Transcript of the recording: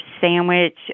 sandwich